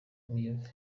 miyove